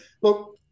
look